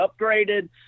upgraded